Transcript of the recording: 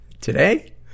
Today